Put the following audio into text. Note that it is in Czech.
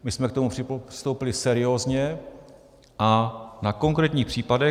My jsme k tomu přistoupili seriózně a na konkrétních případech.